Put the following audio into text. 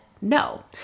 no